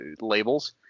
labels